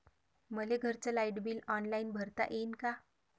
मले घरचं light bill online भरता येईन का?